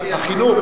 החינוך.